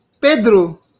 Pedro